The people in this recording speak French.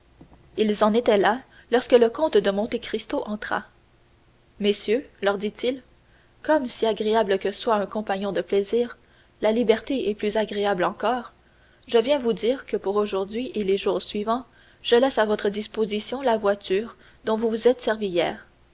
ils en étaient là lorsque le comte de monte cristo entra messieurs leur dit-il comme si agréable que soit un compagnon de plaisir la liberté est plus agréable encore je viens vous dire que pour aujourd'hui et les jours suivants je laisse à votre disposition la voiture dont vous vous êtes servis hier